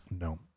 No